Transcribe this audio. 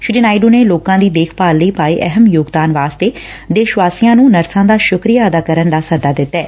ਸ੍ਰੀ ਨਾਇਡੂ ਨੇ ਲੋਕਾਂ ਦੀ ਦੇਖਭਾਲ ਲਈ ਪਾਏ ਅਹਿਮ ਯੋਗਦਾਨ ਵਾਸਡੇ ਦੇਸ਼ ਵਾਸੀਆਂ ਨੂੰ ਨਰਸਾਂ ਦਾ ਸ੍ਰੱਕਰੀਆ ਅਦਾ ਕਰਨ ਦਾ ਸੱਦਾ ਦਿੱਤੈ